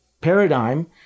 paradigm